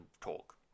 talk